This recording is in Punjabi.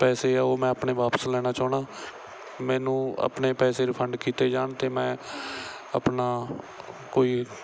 ਪੈਸੇ ਆ ਉਹ ਮੈਂ ਆਪਣੇ ਵਾਪਸ ਲੈਣਾ ਚਾਹੁੰਦਾ ਮੈਨੂੰ ਆਪਣੇ ਪੈਸੇ ਰਿਫੰਡ ਕੀਤੇ ਜਾਣ ਅਤੇ ਮੈਂ ਆਪਣਾ ਕੋਈ